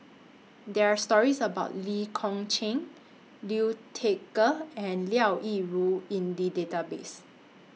There Are stories about Lee Kong Chian Liu Thai Ker and Liao Yingru in The Database